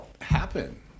happen